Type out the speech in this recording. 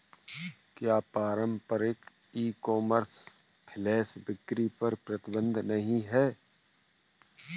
क्या पारंपरिक e commerce flash बिक्री पर प्रतिबंध नहीं है?